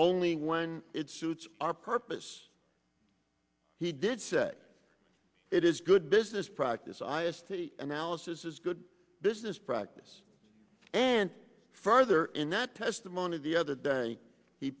only when it suits our purpose he did say it is good business practice i asked he analysis is good business practice and further in that testimony the other day he